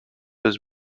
was